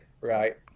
right